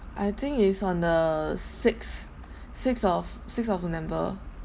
I think is on the sixth sixth of sixth of november